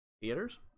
theaters